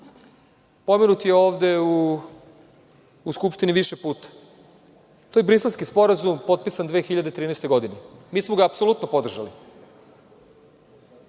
Pomenut je ovde u Skupštini više puta. To je Briselski sporazum, potpisan 2013. godine. Mi smo ga apsolutno podržali.